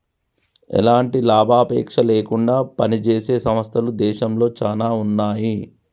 ఎలాంటి లాభాపేక్ష లేకుండా పనిజేసే సంస్థలు దేశంలో చానా ఉన్నాయి